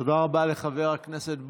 תודה רבה לחבר הכנסת בוסו.